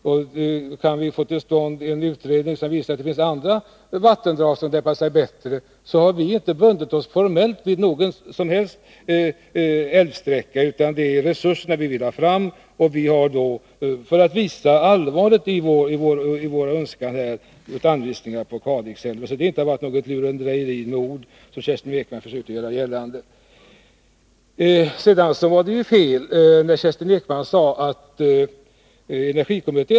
Men kan vi få till stånd en utredning som visar att det finns andra vattendrag som är mera passande, så är det bra. Vi har nämligen inte formellt bundit oss vid någon som helst älvsträcka. Det är resurserna vi vill ha fram. För att understryka allvaret i våra önskemål har vi anvisat Kalixälven. Det är alltså inte fråga om något lurendrejeri, någon lek med ord, som Kerstin Ekman försökte göra gällande. Kerstin Ekman sade att det är energikommittén som har att behandla den här frågan.